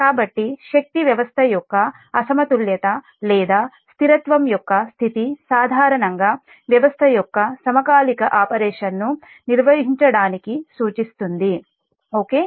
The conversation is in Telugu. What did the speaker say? కాబట్టి శక్తి వ్యవస్థ యొక్క సమతుల్యత లేదా స్థిరత్వం యొక్క స్థితి సాధారణంగా వ్యవస్థ యొక్క సమకాలిక ఆపరేషన్ను నిర్వహించడానికి సూచిస్తుంది ఓకే